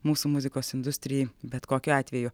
mūsų muzikos industrijai bet kokiu atveju